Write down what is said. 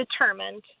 determined